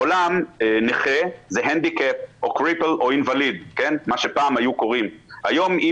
בעולם נכה זה handicap או cripple או invalid היום אם